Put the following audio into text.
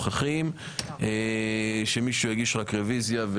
שמישהו יגיש רביזיה.